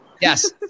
Yes